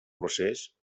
procés